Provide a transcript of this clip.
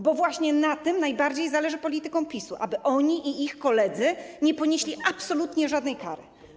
Bo właśnie na tym najbardziej zależy politykom PiS-u, aby oni i ich koledzy nie ponieśli absolutnie żadnej kary.